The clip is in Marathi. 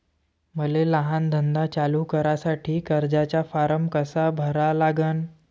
मले लहान धंदा चालू करासाठी कर्जाचा फारम कसा भरा लागन?